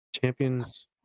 champions